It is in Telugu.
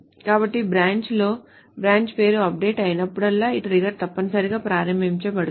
కాబట్టి branch లో బ్రాంచ్ పేరు అప్డేట్ అయినప్పుడల్లా ఈ ట్రిగ్గర్ తప్పనిసరిగా ప్రారంభించబడుతుంది